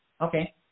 Okay